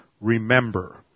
remember